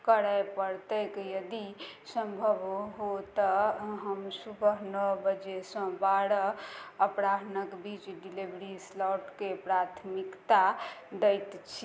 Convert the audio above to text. करै पड़तै यदि सम्भव हो तऽ हम सुबह नओ बजेसँ बारह अपराह्नके बीच डिलेवरी स्लॉटके प्राथमिकता दैत छी